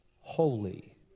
holy